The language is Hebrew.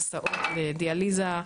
הסעות לדיאליזה,